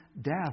death